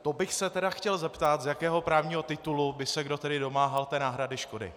To bych se tedy chtěl zeptat, z jakého právního titulu by se tedy kdo domáhal té náhrady škody.